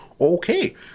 Okay